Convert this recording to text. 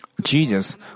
Jesus